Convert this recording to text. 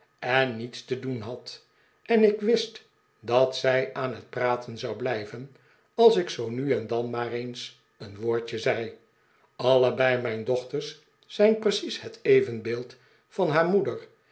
en niets te doen had en ik wist dat zij aan het praten zou blijven als ik zoo nu en dan maar eens een woordje zei allebei mijn dochters zijn precies het evenbeeld van haar moeder